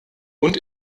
und